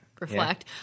Reflect